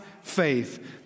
faith